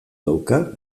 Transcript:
dauka